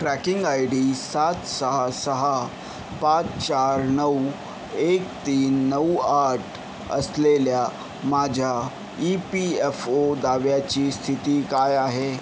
tracking I D सात सहा सहा पाच चार नऊ एक तीन नऊ आठ असलेल्या माझ्या ई पी एफ ओ दाव्याची स्थिती काय आहे